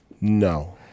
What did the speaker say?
no